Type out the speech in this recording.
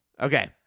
Okay